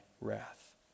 wrath